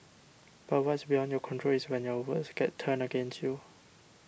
but what's beyond your control is when your words get turned against you